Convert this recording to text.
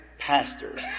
pastors